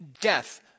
death